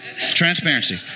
Transparency